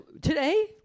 today